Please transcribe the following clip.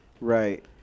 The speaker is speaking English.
right